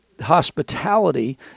hospitality